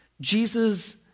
Jesus